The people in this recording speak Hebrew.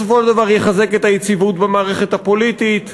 בסופו של דבר יחזק את היציבות במערכת הפוליטית,